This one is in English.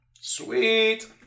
Sweet